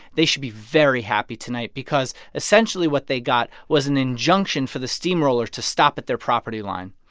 they should be very happy tonight because, essentially, what they got was an injunction for the steamroller to stop at their property line